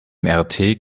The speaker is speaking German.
mrt